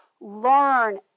learn